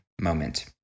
moment